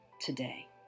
today